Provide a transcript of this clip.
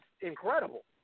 incredible